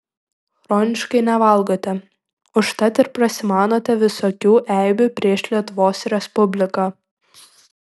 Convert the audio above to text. chroniškai nevalgote užtat ir prasimanote visokių eibių prieš lietuvos respubliką